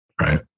right